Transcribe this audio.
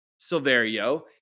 Silverio